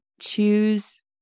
choose